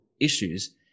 issues